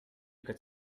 could